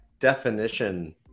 definition